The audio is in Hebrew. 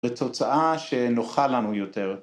ותוצאה שנוחה לנו יותר.